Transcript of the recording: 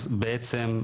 אז בעצם,